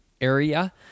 area